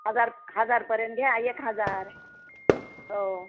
हजार हजारपर्यंत द्या एक हजार हो